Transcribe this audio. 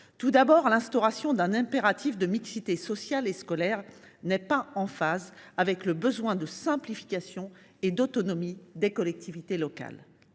Tout d’abord, l’instauration d’un impératif de mixité sociale et scolaire n’est pas en phase avec le besoin de simplification et d’autonomie des collectivités locales.